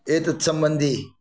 एतत् सम्बन्धी